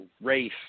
Race